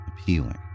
appealing